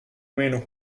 meno